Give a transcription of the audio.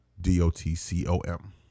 D-O-T-C-O-M